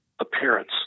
appearance